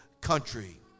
country